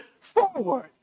forward